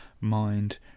mind